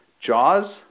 Jaws